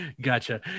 Gotcha